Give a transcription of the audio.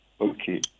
Okay